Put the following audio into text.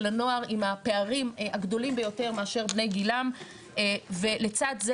של הנוער עם הפערים הגדולים ביותר מאשר בני גילם ולצד זה